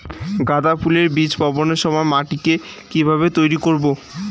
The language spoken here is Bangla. গাদা ফুলের বীজ বপনের সময় মাটিকে কিভাবে তৈরি করব?